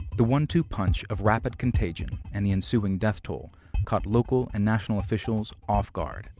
the one-two punch of rapid contagion and the ensuing death toll caught local and national officials off guard.